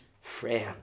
friend